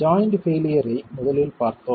joint failure ஐ முதலில் பார்த்தோம்